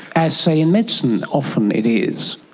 as say in medicine often it is?